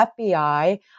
FBI